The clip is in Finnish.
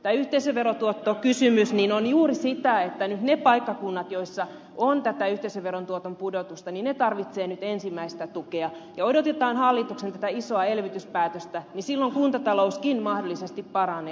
tämä yhteisöverotuottokysymys tarkoittaa juuri sitä että ne paikkakunnat joissa on tätä yhteisöveron tuoton pudotusta tarvitsevat nyt ensimmäistä tukea ja odotetaan hallituksen isoa elvytyspäätöstä niin silloin kuntatalouskin mahdollisesti paranee